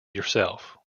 yourself